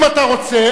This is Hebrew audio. אם אתה רוצה,